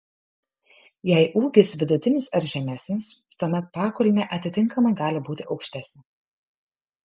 jei ūgis vidutinis ar žemesnis tuomet pakulnė atitinkamai gali būti aukštesnė